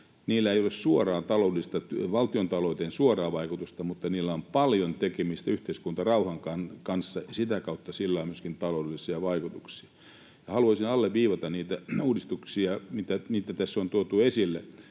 Niillä ei ole valtiontalouteen suoraa vaikutusta, mutta niillä on paljon tekemistä yhteiskuntarauhan kanssa, ja sitä kautta niillä on myöskin taloudellisia vaikutuksia. Haluaisin alleviivata niitä uudistuksia, mitä tässä on tuotu esille